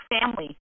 family